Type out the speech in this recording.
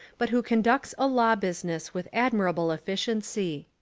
but who conducts a law business with admirable efficiency.